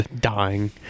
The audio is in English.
Dying